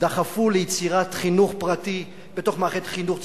דחפו ליצירת חינוך פרטי בתוך מערכת חינוך ציבורית,